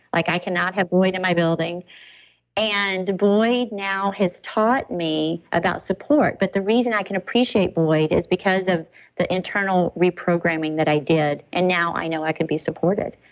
like i cannot have boyd in my building and boyd now has taught me about support. but the reason i can appreciate boyd is because of the internal reprogramming that i did. and now i know i could be supported.